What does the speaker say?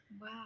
Wow